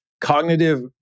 cognitive